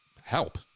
help